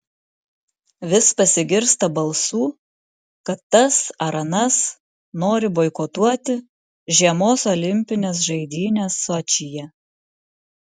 vis pasigirsta balsų kad tas ar anas nori boikotuoti žiemos olimpines žaidynes sočyje